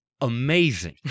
amazing